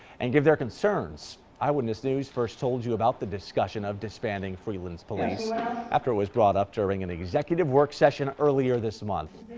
and give their concerns. eyewitness news first told you about the discussion of disbanding freeland police after it was brought up during an executive work session earlier this month.